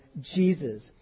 Jesus